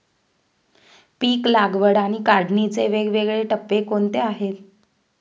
पीक लागवड आणि काढणीचे वेगवेगळे टप्पे कोणते आहेत?